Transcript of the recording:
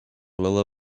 lola